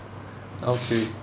okay